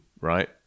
right